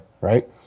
Right